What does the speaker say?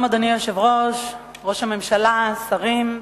אדוני היושב-ראש, שלום, ראש הממשלה, שרים,